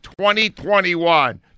2021